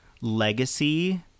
legacy